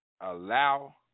allow